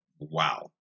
Wow